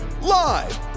live